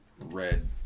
red